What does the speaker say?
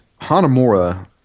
Hanamura